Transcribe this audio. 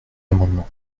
amendement